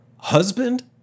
husband